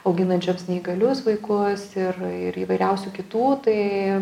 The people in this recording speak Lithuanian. auginančioms neįgalius vaikus ir ir įvairiausių kitų tai